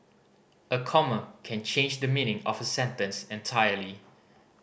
a comma can change the meaning of a sentence entirely